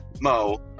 Mo